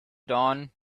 dawn